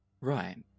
right